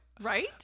Right